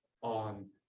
on